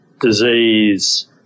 disease